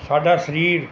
ਸਾਡਾ ਸਰੀਰ